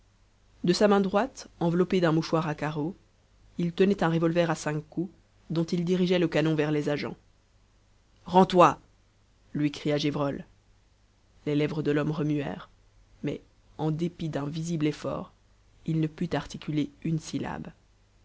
de sa main droite enveloppée d'un mouchoir à carreaux il tenait un revolver à cinq coups dont il dirigeait le canon vers les agents rends-toi lui cria gévrol les lèvres de l'homme remuèrent mais en dépit d'un visible effort il ne put articuler une syllabe